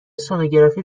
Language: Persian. سنوگرافی